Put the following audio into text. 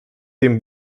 dem